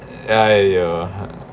!aiyo!